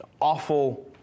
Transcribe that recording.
awful